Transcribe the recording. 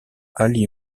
ali